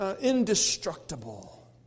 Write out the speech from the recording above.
indestructible